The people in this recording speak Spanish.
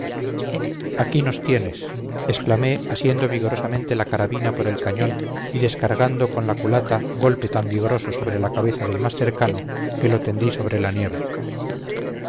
aquí nos tienes exclamé asiendo vigorosamente la carabina por el cañón y descargando con la culata golpe tan vigoroso sobre la cabeza del más cercano que lo tendí sobre la nieve